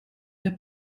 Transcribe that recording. der